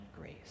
grace